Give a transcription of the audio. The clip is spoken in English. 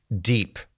deep